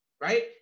right